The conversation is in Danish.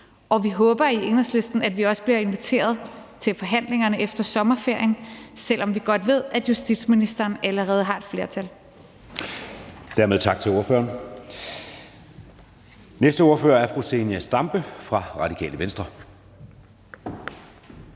og vi håber i Enhedslisten, at vi også bliver inviteret til forhandlingerne efter sommerferien, selv om vi godt ved, at justitsministeren allerede har et flertal.